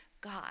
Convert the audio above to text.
God